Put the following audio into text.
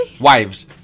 Wives